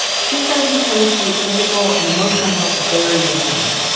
she says we tend to treat physical and emotional health very differently.